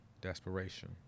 desperation